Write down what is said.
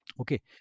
Okay